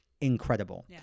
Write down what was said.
incredible